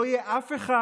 לא יהיה אף אחד,